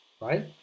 right